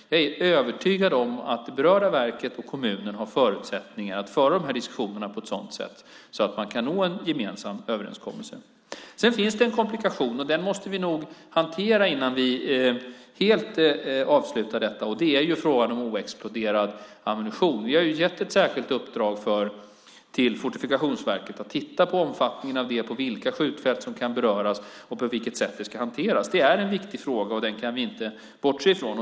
Jag är övertygad om att det berörda verket och kommunen har förutsättningar att föra de här diskussionerna på ett sådant sätt att de kan nå en gemensam överenskommelse. Sedan finns det en komplikation, och den måste vi nog hantera innan vi helt avslutar detta. Det är frågan om oexploderad ammunition. Vi har gett ett särskilt uppdrag till Fortifikationsverket att titta på omfattningen, vilka skjutfält som kan beröras och på vilket sätt det ska hanteras. Det är en viktig fråga, och den kan vi inte bortse från.